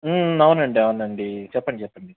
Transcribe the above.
అవునండి అవునండి చెప్పండి చెప్పండి